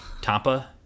tampa